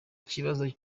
kibazo